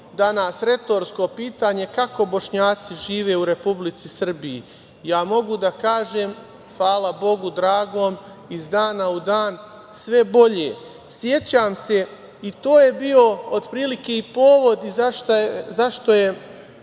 jedno retorsko pitanje, kako Bošnjaci žive u Republici Srbiji? Ja mogu da kažem, hvala Bogu dragom, iz dana u dan, sve bolje.Sećam se, i to je bio otprilike i povod i zašto je